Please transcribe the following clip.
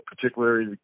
particularly